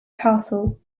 castle